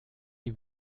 die